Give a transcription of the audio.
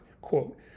quote